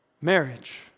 marriage